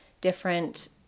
different